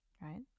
right